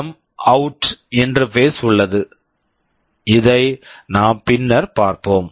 எம்அவுட் PWMOut interface interface உள்ளது இதை நாம் பின்னர் பார்ப்போம்